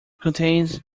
contains